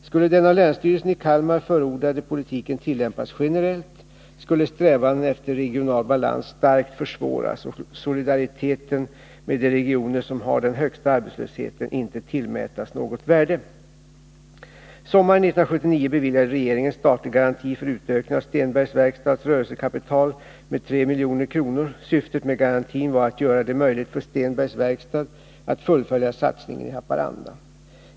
Skulle den av länsstyrelsen i Kalmar förordade politiken tillämpas generellt, skulle strävandena efter regional balans starkt försvåras och solidariteten med de regioner som har den högsta arbetslösheten inte tillmätas något värde. Sommaren 1979 beviljade regeringen statlig garanti för utökning av Stenbergs Verkstads rörelsekapital med 3 milj.kr. Syftet med garantin var att göra det möjligt för Stenbergs Verkstad att fullfölja satsningen i Haparanda.